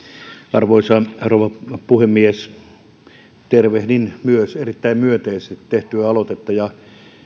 arvoisa rouva puhemies tervehdin myös erittäin myönteisesti tehtyä aloitetta ja